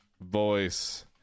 voice